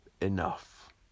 enough